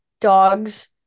dogs